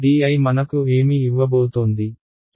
dI మనకు ఏమి ఇవ్వబోతోంది